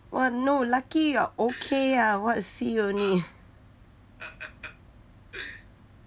what no lucky you're okay ah what see only